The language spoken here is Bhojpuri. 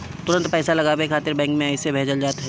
तुरंते पईसा लगावे खातिर बैंक में अइसे भेजल जात ह